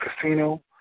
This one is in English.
casino